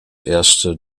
erste